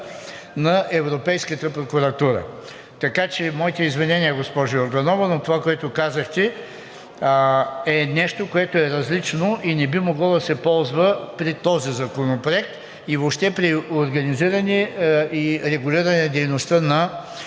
на Европейската прокуратура. Така че моите извинения, госпожо Йорданова, но това, което казахте, е нещо, което е различно и не би могло да се ползва при този законопроект и въобще при организиране и регулиране дейността на